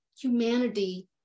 humanity